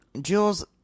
Jules